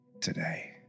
today